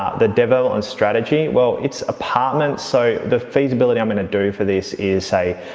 ah the devel and strategy, well it's apartment so the feasibility i'm going to do for this is, say,